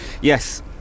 yes